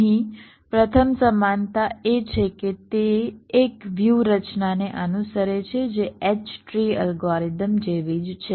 અહીં પ્રથમ સમાનતા એ છે કે તે એક વ્યૂહરચનાને અનુસરે છે જે H ટ્રી અલ્ગોરિધમ જેવી જ છે